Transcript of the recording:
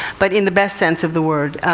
but in the best sense of the word.